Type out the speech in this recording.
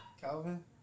Calvin